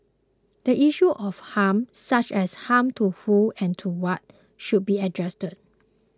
the issue of harm such as harm to whom and to what should be addressed